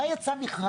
מה יצא מכרז?